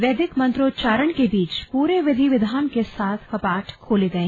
वैदिक मंत्रोच्चारण के बीच पूरे विधि विधान के साथ कपाट खोले गए